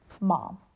Mom